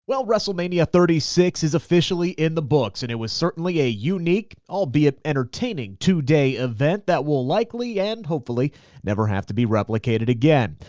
well, wrestlemania thirty six is officially in the books. and it was certainly a unique, albeit entertaining two-day event that will likely and hopefully never have to be replicated again.